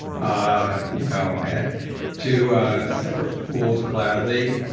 ah you know and to suffer fools gladly.